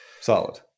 Solid